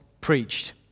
preached